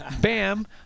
bam